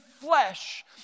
flesh